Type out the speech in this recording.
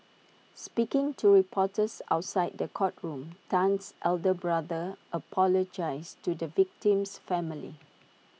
speaking to reporters outside the courtroom Tan's elder brother apologised to the victim's family